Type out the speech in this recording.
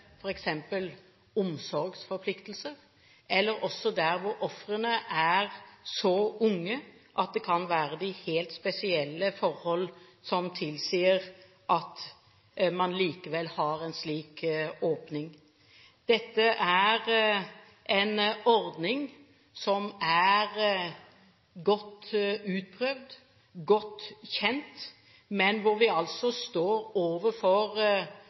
forhold som tilsier at man likevel har en slik åpning. Dette er en ordning som er godt utprøvd, som er godt kjent, men hvor vi altså står overfor